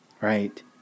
right